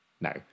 no